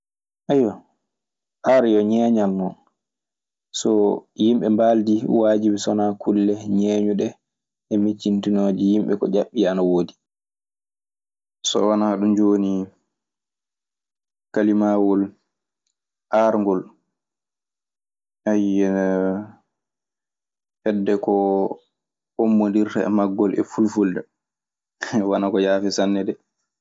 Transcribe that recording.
art yo ŋeŋial no. So yimɓe baldi wajibi sonna kulle ŋeŋude e micitinnonde himɓe ko betti ana wodi. So wona ɗum jooni kalimawol ar ngol, ey heɓde ko ommbondirta e maggol Fulfulde, wonaa ko yaafi sanne de.